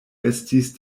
estis